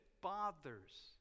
bothers